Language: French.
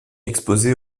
exposée